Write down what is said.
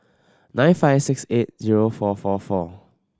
nine five six eight zero four four four